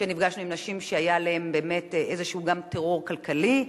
כשנפגשנו עם נשים שהיה להן באמת גם טרור כלכלי כלשהו,